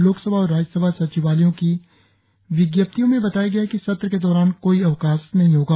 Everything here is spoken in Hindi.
लोकसभा और राज्यसभा सचिवालयों की विज्ञप्तियों में बताया गया है कि सत्र के दौरान कोई अवकाश नहीं होगा